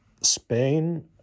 Spain